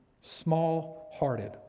small-hearted